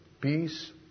peace